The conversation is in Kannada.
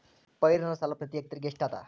ಪೈರಿನ ಸಾಲಾ ಪ್ರತಿ ಎಕರೆಗೆ ಎಷ್ಟ ಅದ?